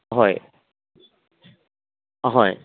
ꯑꯍꯣꯏ ꯑꯍꯣꯏ